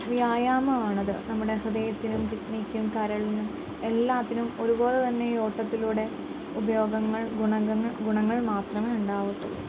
വ്യായാമം ആണത് നമ്മുടെ ഹൃദയത്തിനും കിഡ്നിക്കും കരളിനും എല്ലാത്തിനും ഒരുപോലെ തന്നെ ഈ ഓട്ടത്തിലൂടെ ഉപയോഗങ്ങൾ ഗുണങ്ങൾ ഗുണങ്ങൾ മാത്രമേ ഉണ്ടാവത്തുളളൂ